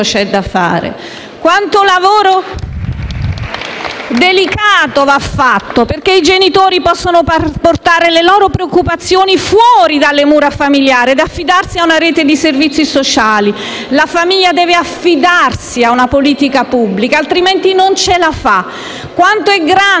Non sa quanto lavoro delicato va fatto, perché i genitori possono portare le loro preoccupazioni fuori dalle mura familiari e affidarsi a una rete di servizi sociali. La famiglia deve affidarsi a una politica pubblica, altrimenti non ce la fa. Quanto è grande